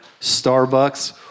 Starbucks